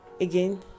again